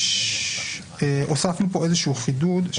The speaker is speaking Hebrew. הוספנו פה איזשהו חידוד.